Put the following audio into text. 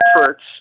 efforts